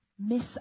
miss